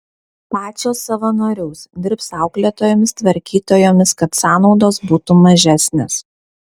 pačios savanoriaus dirbs auklėtojomis tvarkytojomis kad sąnaudos būtų mažesnės